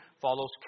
follows